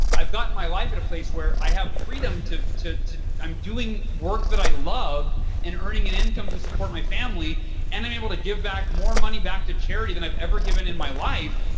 i've gotten my life at a place where i have freedom to to i'm doing work that i love and earning an income to support my family and i'm able to give back, more money back to charity than i've ever given in my life.